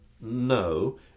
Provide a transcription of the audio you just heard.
No